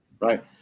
right